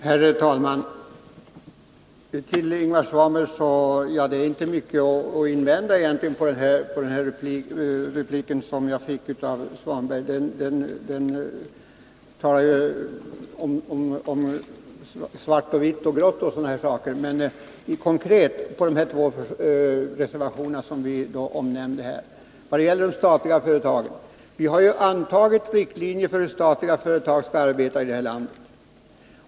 Herr talman! Jag har inte mycket att invända mot Ingvar Svanbergs replik. Han talar om svart, vitt, grått och sådana saker, men rent konkret måste vi tala om de två reservationer som är aktuella här. Vi har ju utarbetat riktlinjer för hur de statliga företagen skall arbeta här i landet.